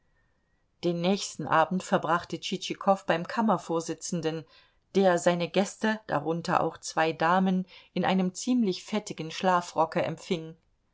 den nächsten abend verbrachte tschitschikow beim kammervorsitzenden der seine gäste darunter auch zwei damen in einem ziemlich fettigen schlafrocke empfing